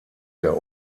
der